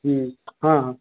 हाँ हाँ